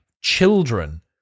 children